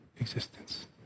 existence